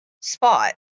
spot